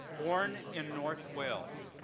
born in north wales,